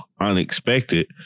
unexpected